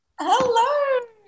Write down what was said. hello